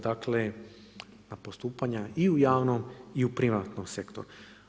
Dakle, na postupanju i u javnom i u privatnom sektoru.